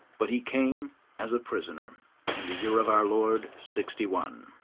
but he came as a prisoner in the year of our lord sixty one.